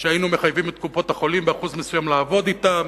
שהיינו מחייבים את קופות-החולים באחוז מסוים לעבוד אתם,